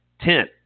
ten